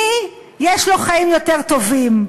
מי יש לו חיים יותר טובים,